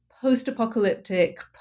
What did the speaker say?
post-apocalyptic